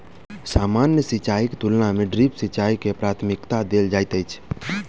सामान्य सिंचाईक तुलना मे ड्रिप सिंचाई के प्राथमिकता देल जाइत अछि